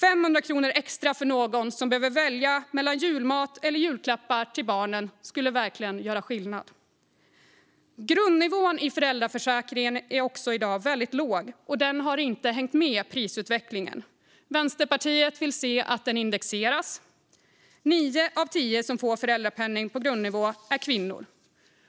500 kronor extra för någon som behöver välja mellan julmat eller julklappar till barnen skulle verkligen göra skillnad. Grundnivån i föräldraförsäkringen är också i dag väldigt låg, och den har inte hängt med prisutvecklingen. Vänsterpartiet vill se att den indexeras. Nio av tio som får föräldrapenning på grundnivå är kvinnor,